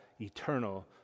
eternal